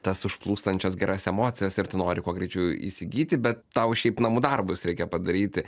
tas užplūstančias geras emocijas ir tu nori kuo greičiau įsigyti bet tau šiaip namų darbus reikia padaryti